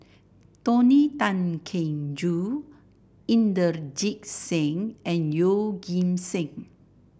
Tony Tan Keng Joo Inderjit Singh and Yeoh Ghim Seng